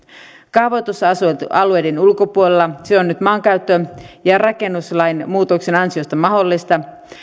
kaavoitus asuinalueiden ulkopuolella on on nyt maankäyttö ja rakennuslain muutoksen ansiosta mahdollista